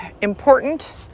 important